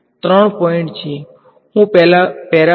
વિદ્યાર્થી લીનીયર